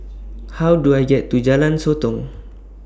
How Do I get to Jalan Sotong